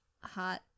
hot